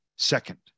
Second